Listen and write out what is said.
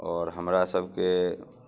आओर हमरा सबके